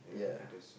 ya